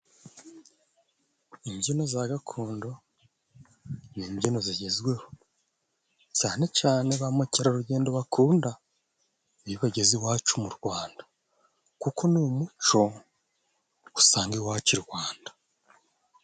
Imbyino za gakondo, izi imbyino zigezweho cyane cyane ba mukerarugendo bakunda iyo bageze iwacu mu Rwanda kuko ni umuco usanga iwacu i Rwanda.